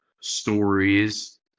stories